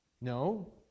No